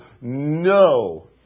no